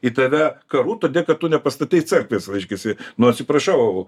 į tave karu todė kad tu nepastatei cerkvės reiškiasi nu atsiprašau